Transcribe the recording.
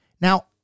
Now